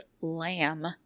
lamb